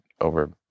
over